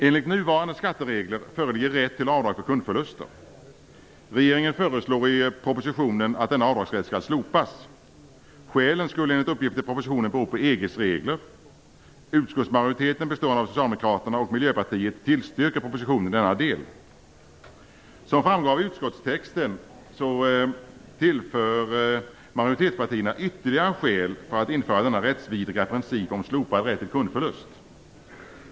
Enligt nuvarande energiskatteregler föreligger rätt till avdrag för kundförluster. Regeringen föreslår i propositionen att denna avdragsrätt skall slopas. Skälen skulle enligt uppgift i propositionen bero på EG:s regler. Utskottsmajoriteten, bestående av Socialdemokraterna och Miljöpartiet, tillstyrker propositionen i denna del. Som framgår av utskottstexten tillför majoritetspartierna ytterligare skäl för att införa denna rättsvidriga princip om slopad rätt till kundförlust.